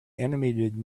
animated